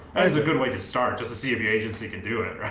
is a good way to start just to see if the agency can do it